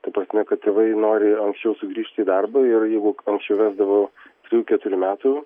ta prasme kad tėvai nori anksčiau sugrįžti į darbą ir jeigu anksčiau vesdavo trijų keturių metų